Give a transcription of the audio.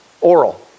Oral